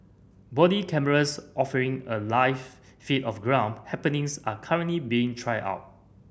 body cameras offering a live feed of ground happenings are currently being tried out